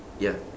ya